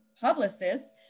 publicists